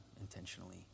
intentionally